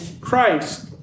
Christ